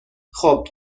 خوب